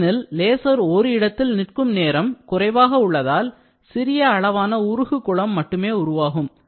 ஏனெனில் லேசர் ஒரு இடத்தில் நிற்கும் நேரம் குறைவாக உள்ளதால் சிறிய அளவான உருகுகுளம் மட்டுமே உருவாகும்